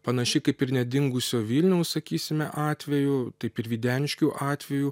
panašiai kaip ir nedingusio vilniaus sakysime atveju taip ir videniškių atveju